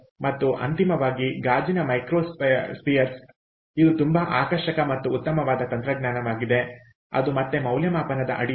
ಮತ್ತು ಅಂತಿಮವಾಗಿ ಗಾಜಿನ ಮೈಕ್ರೊಸ್ಪಿಯರ್ಸ್ ಇದು ತುಂಬಾ ಆಕರ್ಷಕ ಮತ್ತು ಉತ್ತಮವಾದ ತಂತ್ರಜ್ಞಾನವಾಗಿದೆ ಅದು ಮತ್ತೆ ಮೌಲ್ಯಮಾಪನದ ಅಡಿಯಲ್ಲಿದೆ